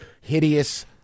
Hideous